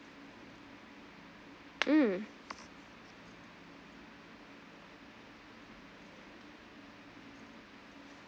mm